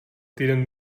týden